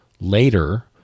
later